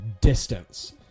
distance